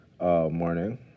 morning